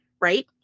right